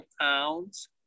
pounds